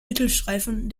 mittelstreifen